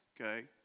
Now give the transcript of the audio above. Okay